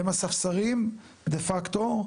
הם הספסרים דה-פקטו,